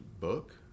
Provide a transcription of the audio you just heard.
book